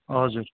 हजुर